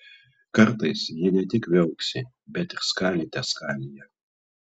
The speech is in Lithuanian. kartais ji ne tik viauksi bet skalyte skalija